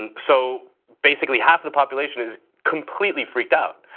and so basically half the population is completely freaked out.